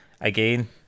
Again